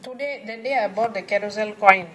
today the day I bought the carousell coins